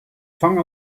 tongue